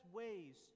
ways